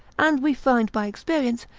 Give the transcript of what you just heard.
and we find by experience,